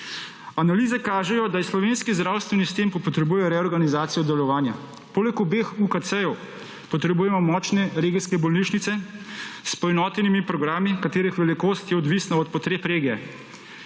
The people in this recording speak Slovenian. Analize kažejo, da slovenski zdravstveni sistem potrebuje reorganizacijo delovanja. Poleg obeh UKC potrebujemo močne regijske bolnišnice s poenotenimi programi, katerih velikost je odvisna od potreb regije